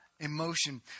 Emotion